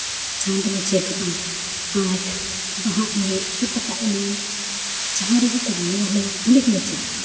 ᱡᱟᱦᱟᱸ ᱫᱚᱞᱮ ᱪᱮᱫᱚᱜᱼᱟ ᱟᱨ ᱵᱟᱦᱟ ᱮᱱᱮᱡ ᱥᱮ ᱯᱟᱛᱟ ᱮᱱᱮᱡ ᱡᱟᱦᱟᱸ ᱨᱮᱜᱮ ᱠᱚ ᱦᱚᱦᱚ ᱟᱞᱮᱭᱟ ᱚᱸᱰᱮ ᱜᱮᱞᱮ ᱪᱟᱞᱟᱜᱼᱟ